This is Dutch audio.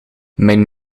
mijn